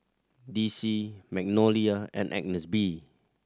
D C Magnolia and Agnes B